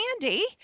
candy